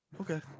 Okay